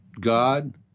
God